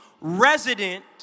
resident